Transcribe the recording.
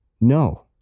No